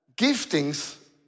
giftings